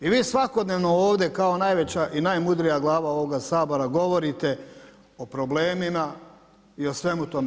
I vi svakodnevno ovdje kao najveća i najmudrija glava ovoga Sabora govorite o problemima i o svemu tome.